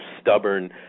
stubborn